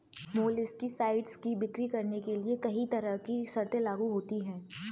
molluscicides की बिक्री करने के लिए कहीं तरह की शर्तें लागू होती है